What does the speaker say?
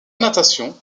natation